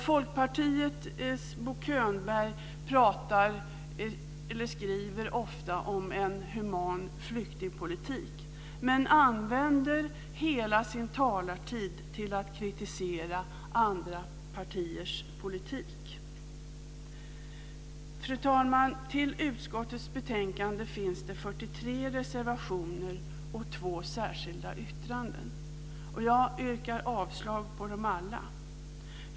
Folkpartiets Bo Könberg skriver ofta om en human flyktingpolitik men använder hela sin talartid till att kritisera andra partiers politik. Fru talman! Till utskottets betänkande finns det 43 reservationer och två särskilda yttranden. Jag yrkar avslag på dem alla.